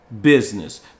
business